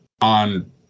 on